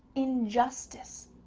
injustice,